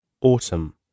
autumn